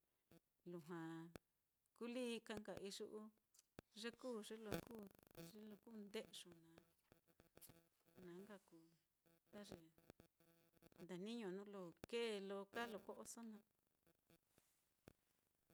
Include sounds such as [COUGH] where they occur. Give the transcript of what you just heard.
Lujua kulii ka nka iyu'u ye kuu, [NOISE] ye lo kuu nde'yu naá, na nka kuu ta ye ndajniño nuu lo kee lo kaa lo ko'oso naá.